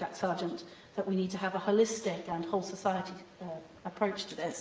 jack sargeant that we need to have a holistic and whole-society approach to this,